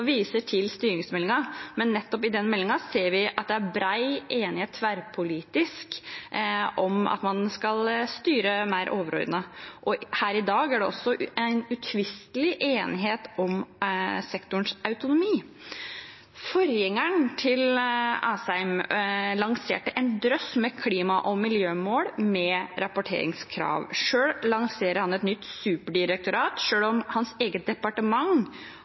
viser til styringsmeldingen. Men nettopp i den meldingen ser vi at det er bred tverrpolitisk enighet om at man skal styre mer overordnet. Her i dag er det uomtvistelig enighet om sektorens autonomi. Forgjengeren til Asheim lanserte en drøss med klima- og miljømål med rapporteringskrav. Selv lanserer han et nytt superdirektorat, selv om hans eget departement